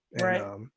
Right